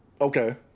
Okay